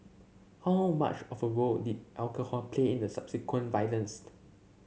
how much of a role did alcohol play in the subsequent violence